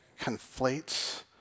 conflates